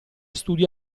studia